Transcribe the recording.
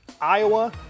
Iowa